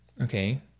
Okay